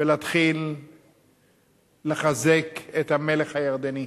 ולהתחיל לחזק את המלך הירדני.